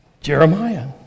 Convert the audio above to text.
Jeremiah